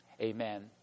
Amen